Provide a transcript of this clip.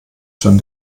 schon